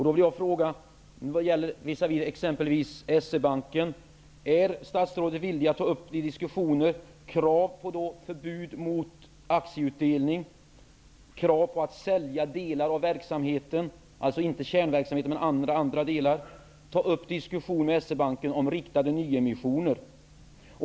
Då vill jag fråga: När det gäller t.ex. S-E-banken, är statsrådet villig att diskutera krav på förbud mot aktieutdelning, krav på utförsäljning av delar av verksamheten -- alltså inte kärnverksamheten, utan andra delar -- och krav på riktade nyemissioner?